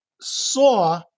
saw